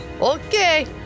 Okay